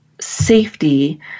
safety